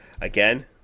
Again